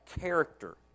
character